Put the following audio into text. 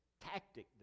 tactic